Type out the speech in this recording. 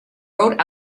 rode